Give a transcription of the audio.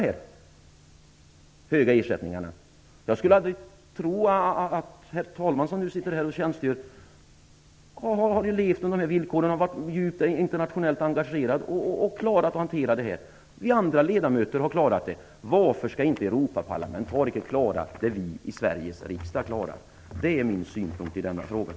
Herr talman, som tjänstgör nu, har levt under dessa villkor och varit djupt internationellt engagerad, och han har klarat av det. Vi andra ledamöter har också klarat det. Varför skulle inte Europaparlamentariker klara det vi i Sveriges riksdag klarar? Det är min synpunkt i frågan.